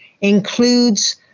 includes